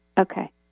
okay